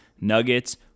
nuggets